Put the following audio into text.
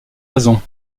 raisons